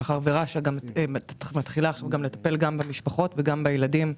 מאחר ורש"א מתחילה עכשיו לטפל גם במשפחות וגם בילדים,